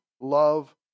love